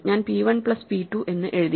ഞാൻ p 1 plus p 2 എന്നു എഴുതി